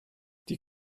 die